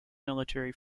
military